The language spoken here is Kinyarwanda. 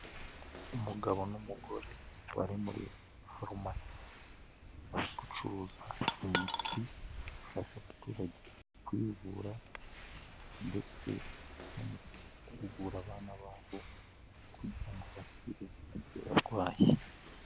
Umugabo n'umugore bari muri farumasi, bari gucuruza imiti ifasha abaturage kwivura ndetse no mukuvura abana babo kugira ngo bakire uburwayi.